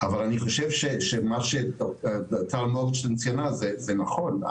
אבל אני חושב שמה שטל מורגנשטיין ציינה זה נכון,